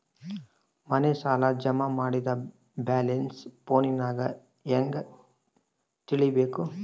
ಮನೆ ಸಾಲ ಜಮಾ ಮಾಡಿದ ಬ್ಯಾಲೆನ್ಸ್ ಫೋನಿನಾಗ ಹೆಂಗ ತಿಳೇಬೇಕು?